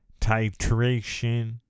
titration